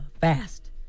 fast